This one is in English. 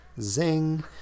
Zing